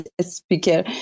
speaker